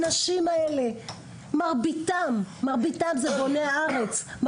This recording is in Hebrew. מרבית האנשים האלה הם בוני הארץ,